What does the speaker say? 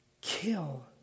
kill